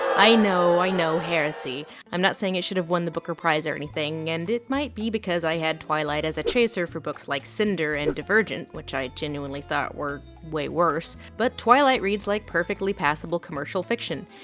i know i know heresy i'm not saying it should have won the booker prize or anything and it might be because i had twilight as a chaser for books like cinder and divergent, which i genuinely thought were way worse, but twilight reads like perfectly passable commercial fiction.